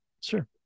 Sure